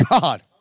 God